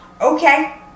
okay